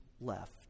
left